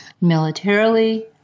militarily